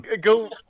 go